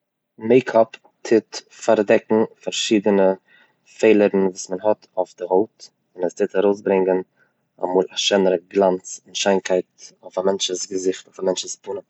מעיקאפ טוט פארדעקן פארשידענע פעלערן וואס מען האט אויף די הויט, און עס טוט ארויסברענגען אמאל א שענערע גלאנץ, שיינקייט פון א מענטשס געזיכט, פון א מענטשס פנים.